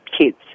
kids